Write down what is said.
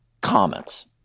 comments